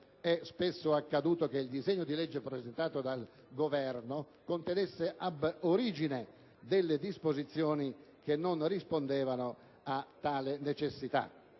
è spesso accaduto che il disegno di legge presentato dal Governo contenesse *ab origine* disposizioni che non rispondevano a tale necessità.